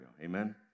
Amen